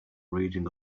reading